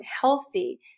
healthy